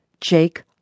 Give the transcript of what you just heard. Jake